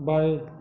बाएं